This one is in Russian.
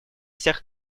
всех